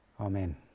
Amen